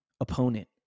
opponent